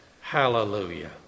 hallelujah